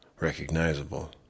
recognizable